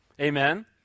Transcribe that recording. Amen